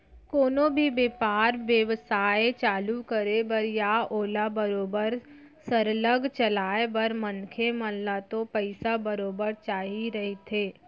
कोनो भी बेपार बेवसाय चालू करे बर या ओला बरोबर सरलग चलाय बर मनखे मन ल तो पइसा बरोबर चाही रहिथे